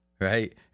right